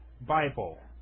Bible